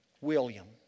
William